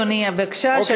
אדוני, בבקשה.